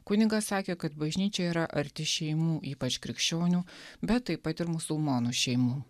kunigas sakė kad bažnyčia yra arti šeimų ypač krikščionių bet taip pat ir musulmonų šeimų